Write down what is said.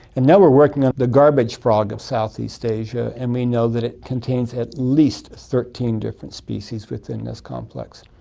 and now we're working on the garbage frog of south-east asia and we know that it contains at least thirteen different species within this complex.